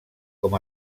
com